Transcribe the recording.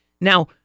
Now